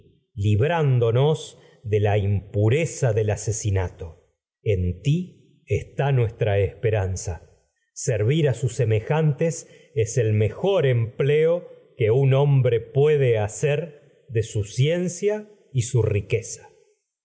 de la impureza del sus asesinato está esperanza que un servir a semejantes es el mejor y empleo hombre puede hacer de su ciencia su riqueza